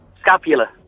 Scapula